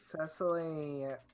Cecily